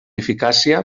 eficàcia